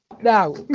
now